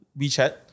WeChat